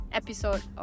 episode